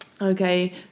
Okay